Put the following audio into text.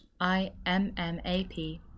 IMMAP